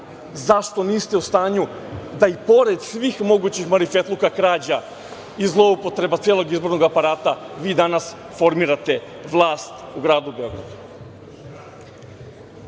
zašto niste u stanju da i pored svih mogućih marifetluka, krađa i zloupotreba celog izbornog aparata, vi danas formirate vlast u gradu